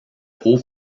haut